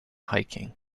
hiking